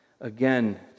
again